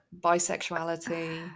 Bisexuality